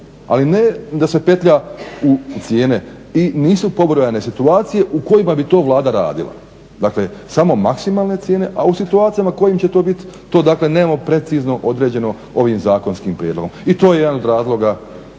ali ne da se petlja u cijene i nisu pobrojane situacije u kojima bi Vlada to radila. Dakle samo maksimalne cijene. A kojim će to situacijama biti? To nemamo precizno određeno ovim zakonskim prijedlogom. I to je jedan od razloga